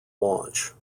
launch